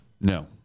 No